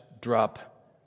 drop